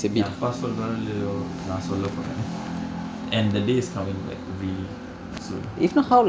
என் அப்பா சொல்றாரோ இல்லையோ நான் சொல்ல போறேன்:en appaa solraaro illayoo naan solla poreen and the day is coming like really soon